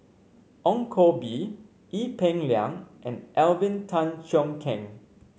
Ong Koh Bee Ee Peng Liang and Alvin Tan Cheong Kheng